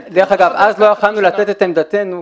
אגב, אז לא יכולנו לתת את עמדתנו.